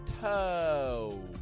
toe